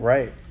Right